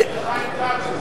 של חיים כץ.